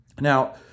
Now